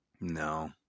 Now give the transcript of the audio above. No